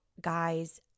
guys